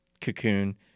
cocoon